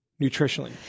nutritionally